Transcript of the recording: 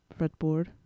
fretboard